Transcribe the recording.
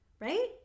right